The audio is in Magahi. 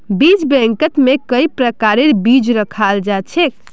बीज बैंकत में कई प्रकारेर बीज रखाल जा छे